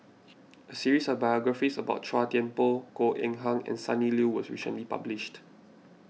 a series of biographies about Chua Thian Poh Goh Eng Han and Sonny Liew was recently published